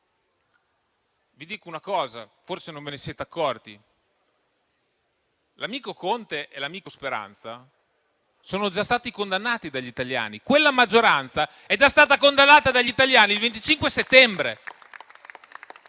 vi dico una cosa: forse non ve ne siete accorti, ma l'amico Conte e l'amico Speranza sono già stati condannati dagli italiani. Quella maggioranza è già stata condannata dagli italiani il 25 settembre.